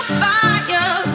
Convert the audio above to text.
fire